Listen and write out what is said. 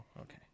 Okay